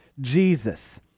jesus